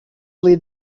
lead